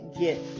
get